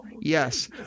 Yes